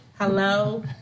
Hello